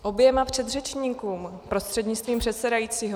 K oběma předřečníkům prostřednictvím předsedajícího.